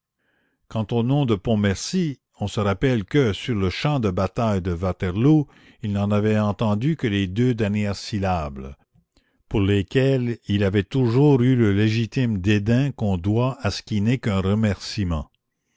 quant au nom de pontmercy on se rappelle que sur le champ de bataille de waterloo il n'en avait entendu que les deux dernières syllabes pour lesquelles il avait toujours eu le légitime dédain qu'on doit à ce qui n'est qu'un remercîment